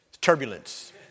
turbulence